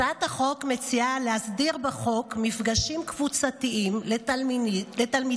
הצעת החוק מציעה להסדיר בחוק מפגשים קבוצתיים לתלמידים